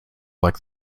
like